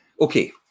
Okay